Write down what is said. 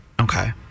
Okay